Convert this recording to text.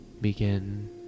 begin